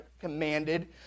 commanded